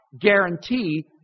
guarantee